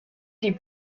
des